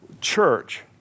church